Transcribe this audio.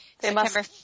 September